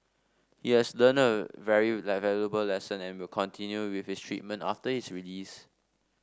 he has learnt a very valuable lesson and will continue with his treatment after his release